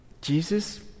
Jesus